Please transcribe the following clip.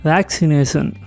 Vaccination